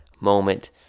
moment